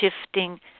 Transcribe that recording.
shifting